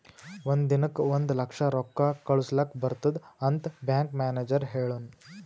ಒಂದ್ ದಿನಕ್ ಒಂದ್ ಲಕ್ಷ ರೊಕ್ಕಾ ಕಳುಸ್ಲಕ್ ಬರ್ತುದ್ ಅಂತ್ ಬ್ಯಾಂಕ್ ಮ್ಯಾನೇಜರ್ ಹೆಳುನ್